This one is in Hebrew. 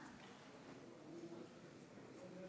זיכרונו